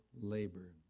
labor